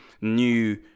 new